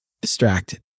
distracted